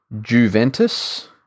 Juventus